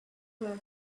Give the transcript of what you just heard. cliff